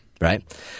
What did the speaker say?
Right